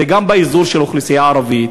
זה גם באזור של אוכלוסייה ערבית,